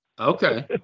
Okay